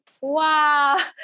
wow